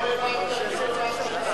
ההצעה להעביר את הצעת חוק הבטחת הכנסה (תיקון מס' 37),